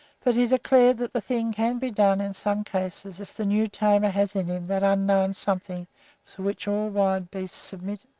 but he declared that the thing can be done in some cases if the new tamer has in him that unknown something to which all wild beasts submit.